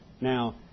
Now